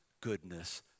goodness